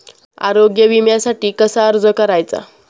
आरोग्य विम्यासाठी कसा अर्ज करायचा?